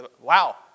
Wow